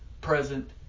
present